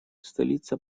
столица